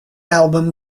album